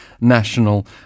National